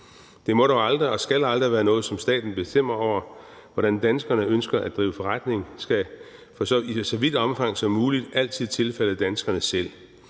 Det må dog aldrig og skal aldrig være noget, som staten bestemmer over. Hvordan danskerne ønsker at drive forretning, skal i så vidt omfang som muligt altid bestemmes af danskerne selv.